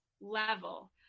level